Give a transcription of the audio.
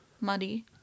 muddy